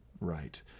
right